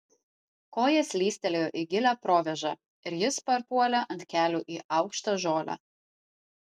koja slystelėjo į gilią provėžą ir jis parpuolė ant kelių į aukštą žolę